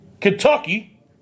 Kentucky